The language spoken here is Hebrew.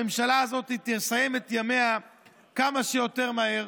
הממשלה הזאת תסיים את ימיה כמה שיותר מהר,